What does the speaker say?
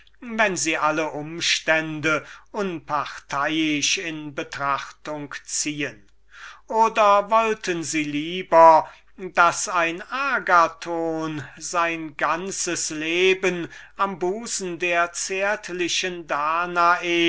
wenn sie alle umstände unparteiisch in betrachtung ziehen denn sie werden doch nicht wollen daß ein agathon sein ganzes leben wie ein veneris passerculus lassen sie sich das von ihrem liebhaber verdeutschen am busen der zärtlichen danae